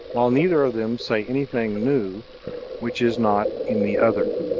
while neither of them say any thing new which is not in the other